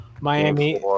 Miami